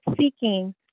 seeking